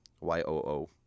Y-O-O